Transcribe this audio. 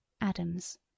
adams